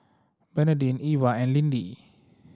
Bernardine Iva and Lindy